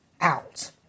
out